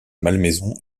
malmaison